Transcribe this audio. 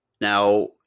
now